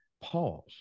Pause